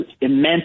immense